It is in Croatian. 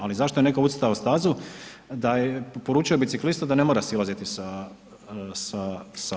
Ali zašto je netko ucrtao stazu da je poručio biciklistu da ne mora silaziti sa.